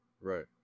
Right